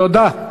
תודה.